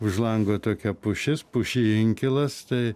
už lango tokia pušis pušy inkilas tai